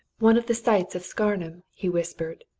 one of the sights of scarnham! he whispered.